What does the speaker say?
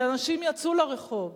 כי אנשים יצאו לרחוב,